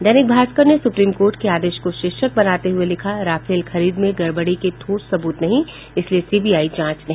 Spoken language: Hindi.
दैनिक भास्कर ने सुप्रीम कोर्ट के आदेश को शीर्षक बनाते हुए लिखा राफेल खरीद में गड़बड़ी के ठोस सबूत नहीं इसलिए सीबीआई जांच नहीं